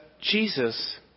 Jesus